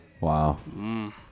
Wow